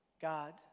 God